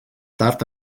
tard